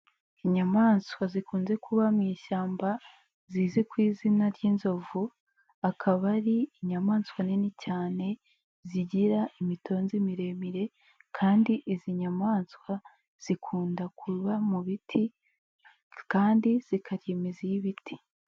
lnyamaswa zikunze kuba mu ishyamba zizwi ku izina ry'inzovu, akaba ari inyamaswa nini cyane zigira imitonzi miremire ,kandi izi nyamaswa zikunda kuba mu biti kandi zikarya imizi y'ibiti.